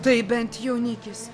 tai bent jaunikis